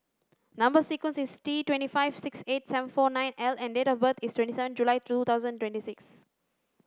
number sequence is T twenty five six eight seven four nine L and date of birth is twenty seven July two thousand and twenty six